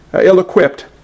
ill-equipped